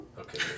Okay